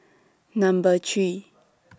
Number three